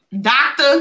doctor